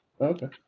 Okay